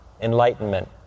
enlightenment